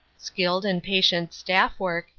skilled and patient staff work,